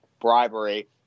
bribery